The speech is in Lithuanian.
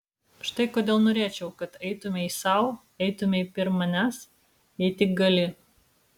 štai kodėl norėčiau kad eitumei sau eitumei pirm manęs jei tik gali